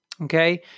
okay